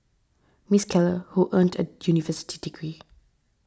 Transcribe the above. Miss Keller who earned a university degree